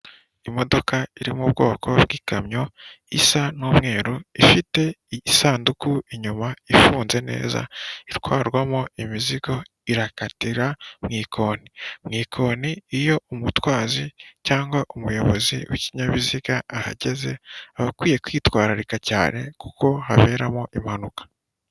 Imodoka iri mu bwoko bw'ikamyo isa n'umweru ifite igisanduku inyuma ifunze neza itwarwamo imizigo irakatira mu ikoni, mu ikoni iyo umutwazi cyangwa umuyobozi w'ikinyabiziga ahageze aba akwiye kwitwararika cyane kuko haberamo impanuka.